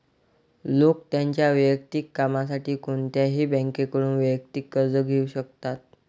लोक त्यांच्या वैयक्तिक कामासाठी कोणत्याही बँकेकडून वैयक्तिक कर्ज घेऊ शकतात